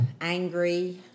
angry